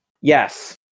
yes